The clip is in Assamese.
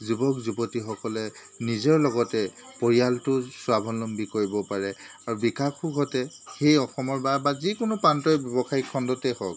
যুৱক যুৱতীসকলে নিজৰ লগতে পৰিয়ালটো স্বাৱলম্বী কৰিব পাৰে আৰু বিকাশো ঘটে সেই অসমৰ বা বা যিকোনো প্ৰান্তৰ ব্যৱসায়িক খণ্ডতে হওক